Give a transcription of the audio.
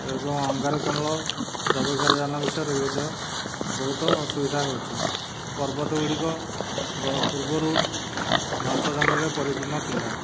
ଏବଂ ଅଙ୍ଗାରକାମ୍ଲ ଯବକ୍ଷାରଯାନ ବିଷୟରେ ବି ମଧ୍ୟ ବହୁତ ଅସୁବିଧା ହେଉଛି ପର୍ବତ ଗୁଡ଼ିକ ପୂର୍ବରୁ ଘଞ୍ଚ ଜଙ୍ଗଲରେ ପରିପୂର୍ଣ୍ଣ ଥିଲା